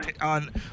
on